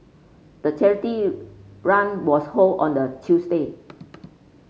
the charity run was hold on the Tuesday